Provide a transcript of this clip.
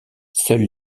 seule